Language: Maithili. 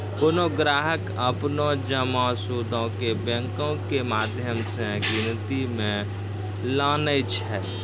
कोनो ग्राहक अपनो जमा सूदो के बैंको के माध्यम से गिनती मे लानै छै